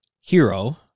hero